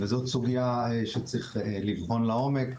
וזאת סוגייה שצריך לבחון לעומק.